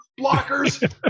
blockers